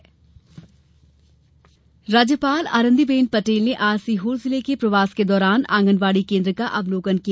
राज्यपाल राज्यपाल आनंदीबेन पटेल ने आज सीहोर जिले के प्रवास के दौरान आँगनबाड़ी केन्द्र का अवलोकन किया